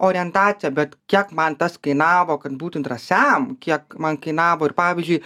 orientaciją bet kiek man tas kainavo kad būtum drąsiam kiek man kainavo ir pavyzdžiui